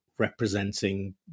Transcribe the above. representing